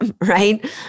right